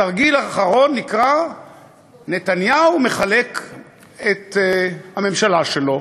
התרגיל האחרון נקרא "נתניהו מחלק את הממשלה שלו",